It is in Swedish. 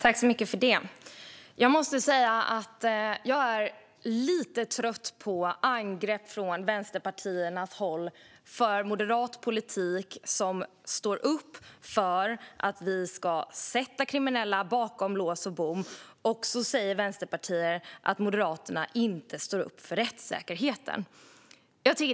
Herr talman! Jag är lite trött på angrepp från vänsterpartiernas håll på moderat politik som står upp för att vi ska sätta kriminella bakom lås och bom. Då säger vänsterpartierna att Moderaterna inte står upp för rättssäkerheten.